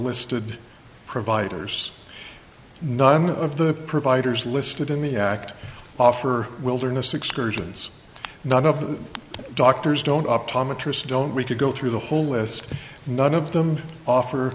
listed providers none of the providers listed in the act offer wilderness excursions none of the doctors don't up tom interest don't we could go through the whole list none of them offer